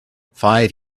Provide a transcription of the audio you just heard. five